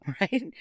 Right